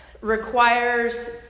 requires